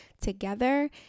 together